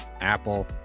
Apple